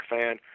fan